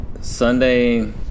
Sunday